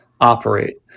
operate